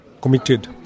committed